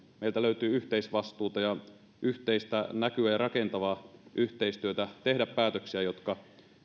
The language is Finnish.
meiltä löytyy yhteisvastuuta ja yhteistä näkyä ja rakentavaa yhteistyötä tehdä päätöksiä jotka